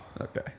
Okay